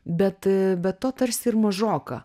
bet be to tarsi ir mažoka